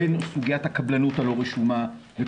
סוגית הקבלנות הלא רשומה.